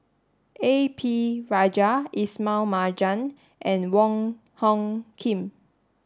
A P Rajah Ismail Marjan and Wong Hung Khim